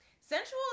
Sensual